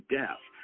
death